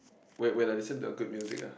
whe~ when I listen to a good music ah